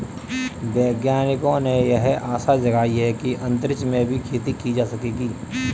वैज्ञानिकों ने यह आशा जगाई है कि अंतरिक्ष में भी खेती की जा सकेगी